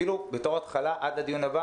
אפילו בתור התחלה עד הדיון הבא,